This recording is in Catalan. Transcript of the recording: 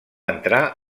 entrar